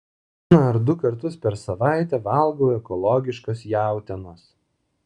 vieną ar du kartus per savaitę valgau ekologiškos jautienos